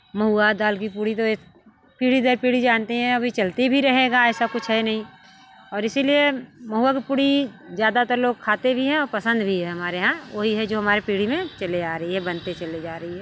महुआ दाल की पूड़ी तो यह पीढ़ी दर पीढ़ी जानते हैं अभी चलती भी रहेगा ऐसा कुछ है नहीं और इसलिए महुआ की पूड़ी ज़्यादातर लोग खाते भी हैं और पसंद भी है हमारे यहाँ वही है जो हमारे पीढ़ी में चले आ रही है बनते चली जा रही है